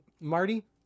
Marty